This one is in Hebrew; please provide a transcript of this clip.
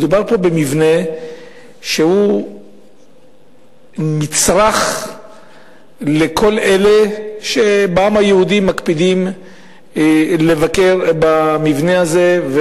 מדובר פה במבנה שהוא מצרך לכל אלה בעם היהודי שמקפידים לבקר במבנה הזה,